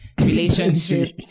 relationship